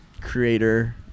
creator